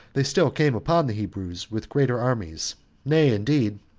they still came upon the hebrews with greater armies nay, indeed,